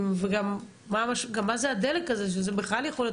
וגם מה זה הדלק הזה שזה בכלל יכול להיות